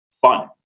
fun